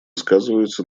сказываются